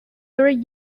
three